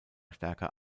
stärker